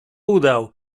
udał